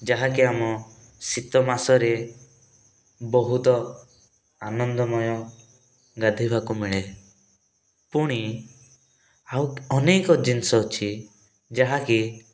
ଯାହାକି ଆମ ଶୀତ ମାସରେ ବହୁତ ଆନନ୍ଦମୟ ଗାଧୋଇବାକୁ ମିଳେ ପୁଣି ଆଉ ଅନେକ ଜିନିଷ ଅଛି ଯାହାକି